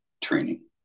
training